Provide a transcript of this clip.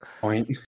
point